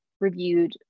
reviewed